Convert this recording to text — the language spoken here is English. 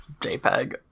JPEG